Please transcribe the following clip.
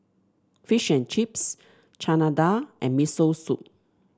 Fish and Chips Chana Dal and Miso Soup